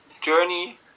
journey